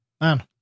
man